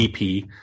EP